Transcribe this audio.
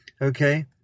Okay